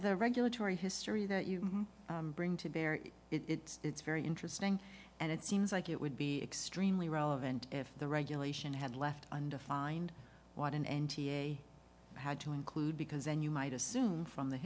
the regulatory history that you bring to bear it it's very interesting and it seems like it would be extremely relevant if the regulation had left undefined what an m t a had to include because then you might assume from the